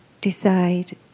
decide